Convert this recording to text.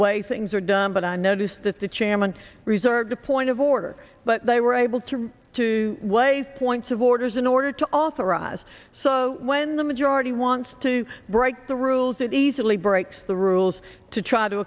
way things are done but i notice that the chairman reserved a point of order but they were able to refer to what a points of orders in order to authorize so when the majority wants to break the rules it easily breaks the rules to try to